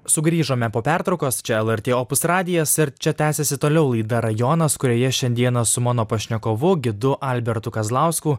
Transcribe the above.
sugrįžome po pertraukos čia lrt opus radijas ir čia tęsiasi toliau laida rajonas kurioje šiandieną su mano pašnekovu gidu albertu kazlausku